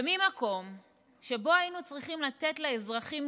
וממקום שבו היינו צריכים לתת לאזרחים